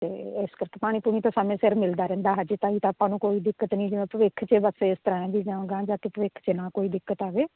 ਅਤੇ ਇਸ ਕਰਕੇ ਪਾਣੀ ਪੁਣੀ ਤਾਂ ਸਮੇਂ ਸਿਰ ਮਿਲਦਾ ਰਹਿੰਦਾ ਹਜੇ ਤਾਈਂ ਤਾਂ ਆਪਾਂ ਨੂੰ ਕੋਈ ਦਿੱਕਤ ਨਹੀਂ ਜਿਵੇਂ ਭਵਿੱਖ 'ਚ ਬਸ ਇਸ ਤਰ੍ਹਾਂ ਜਿੱਦਾਂ ਹੁਣ ਅਗਾਂਹ ਜਾ ਕੇ ਭਵਿੱਖ 'ਚ ਨਾ ਕੋਈ ਦਿੱਕਤ ਆਵੇ